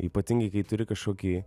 ypatingai kai turi kažkokį